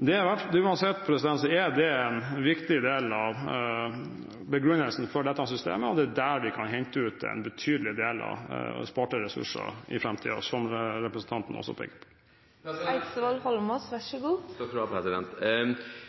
Det er uansett en viktig del av begrunnelsen for dette systemet, og det er der vi kan hente ut en betydelig del av sparte ressurser i framtiden, som representanten også peker